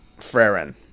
Frerin